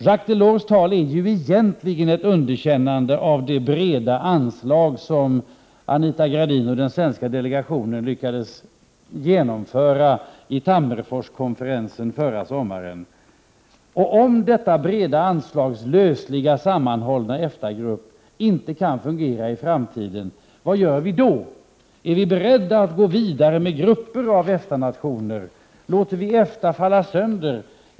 Jacques Delors tal är ju egentligen ett underkännande av det breda anslag som Anita Gradin och den svenska delegationen lyckades genomföra vid Tammerforskonferensen förra sommaren. Om detta breda anslags lösligt sammanhållna EFTA-grupp inte kan fungera i framtiden, vad gör vi då? Är vi beredda att gå vidare med grupper av EFTA-nationer? Låter vi EFTA falla sönder?